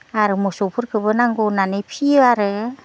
आरो मोसौफोरखौबो नांगौ होननानै फियो आरो